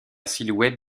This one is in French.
silhouette